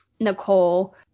Nicole